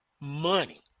money